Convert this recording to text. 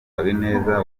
habineza